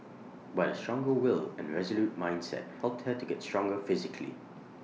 but A stronger will and resolute mindset helped her to get stronger physically